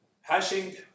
Hashing